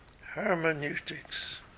hermeneutics